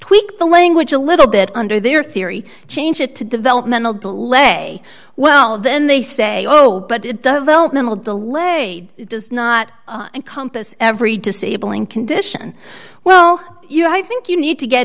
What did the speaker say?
tweak the language a little bit under their theory change it to developmental delay well then they say oh but it does have elemental de lay does not encompass every disabling condition well you know i think you need to get